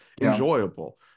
enjoyable